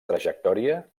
trajectòria